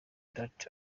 that